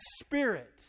spirit